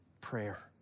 prayer